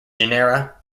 genera